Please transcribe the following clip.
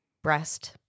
Breast